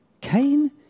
Cain